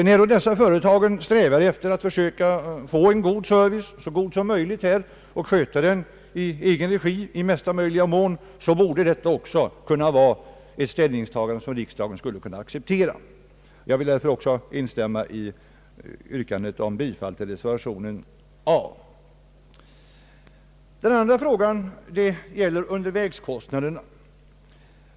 När då dessa företag strävar efter en så god service som möjligt och att i största möjliga mån sköta den i egen regi, så borde detta också kunna vara ett ställningstagande som riksdagen kan acceptera. Jag vill därför också instämma i yrkandet om bifall till reservation a. Den andra frågan gäller undervägskostnaderna.